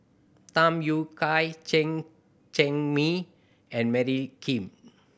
Tham Yui Kai Chen Cheng Mei and Mary Kim